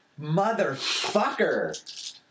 Motherfucker